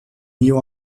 new